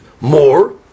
more